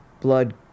blood